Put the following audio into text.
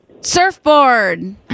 Surfboard